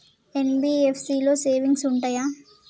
NBFC లో savings ఉంటయా?